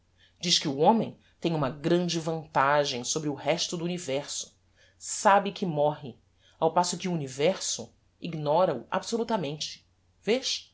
diz que o homem tem uma grande vantagem sobre o resto do universo sabe que morre ao passo que o universo ignora o absolutamente vês